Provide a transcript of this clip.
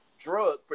drug